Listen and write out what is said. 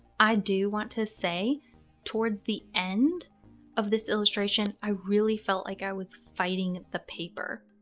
i do want to say towards the end of this illustration i really felt like i was fighting the paper,